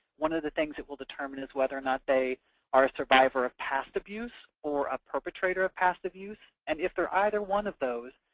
one of the things that we'll determine is whether or not they are a survivor of past abuse, or a perpetrator of past abuse, and if they're either one of those,